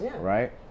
right